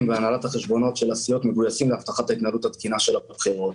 והנהלת החשבונות של הסיעות מגויסים להבטחת ההתנהלות התקינה של הבחירות.